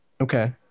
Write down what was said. Okay